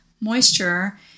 moisture